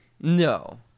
No